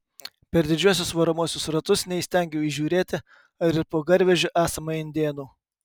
per didžiuosius varomuosius ratus neįstengiau įžiūrėti ar ir po garvežiu esama indėnų